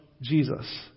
Jesus